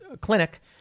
Clinic